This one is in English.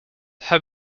have